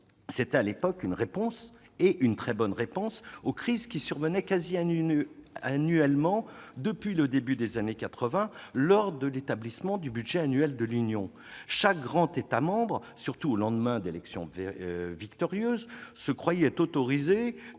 C'était à l'époque une réponse- une très bonne réponse ! -aux crises qui survenaient quasi annuellement depuis le début des années 1980 lors de l'établissement du budget de l'Union. Chaque grand État membre, surtout au lendemain d'élections victorieuses, se croyait autorisé